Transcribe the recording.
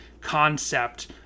concept